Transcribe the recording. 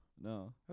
No